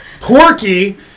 Porky